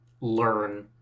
learn